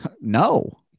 No